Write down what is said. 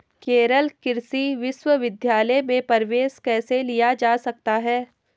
केरल कृषि विश्वविद्यालय में प्रवेश कैसे लिया जा सकता है?